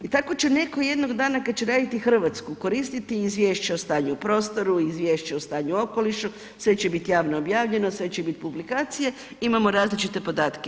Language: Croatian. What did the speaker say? I tako će netko jednog dana kad će raditi Hrvatsku koristiti izvješća o stanju u prostoru, izvješća o stanju u okolišu, sve će biti javno objavljeno, sve će biti publikacije, imamo različite podatke.